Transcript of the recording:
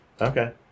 Okay